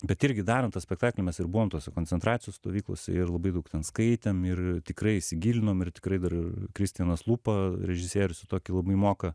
bet irgi darant tą spektaklį mes ir buvom tose koncentracijos stovyklose ir labai daug skaitėm ir tikrai įsigilinom ir tikrai dar kristijanas lūpa režisierius tokį labai moka